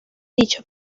dicho